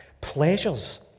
pleasures